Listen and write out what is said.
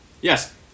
Yes